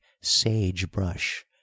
sage-brush